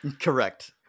Correct